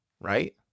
right